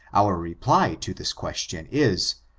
our re ply to this question is,